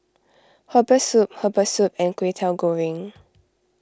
Herbal Soup Herbal Soup and Kwetiau Goreng